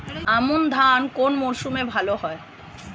আমন ধান কোন মরশুমে ভাল হয়?